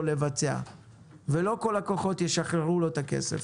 לבצע ולא כל הכוחות ישחררו לו את הכסף.